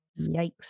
Yikes